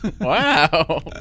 Wow